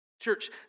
Church